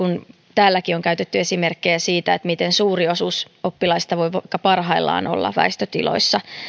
täälläkin on käytetty esimerkkejä siitä miten suuri osuus oppilaista voi vaikka parhaillaan olla väistötiloissa